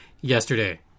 yesterday